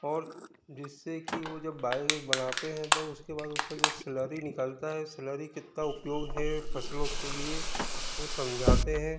और जिससे कि वो जब बायोगैस बनाते हैं तो उसके बाद उसका जो स्लरी निकलता है स्लरी कितता उपयोग है फसलों के लिए वो समझाते हैं